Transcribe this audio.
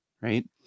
Right